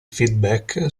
feedback